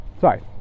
Sorry